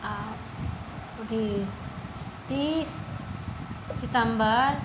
आ अथी तीस सितम्बर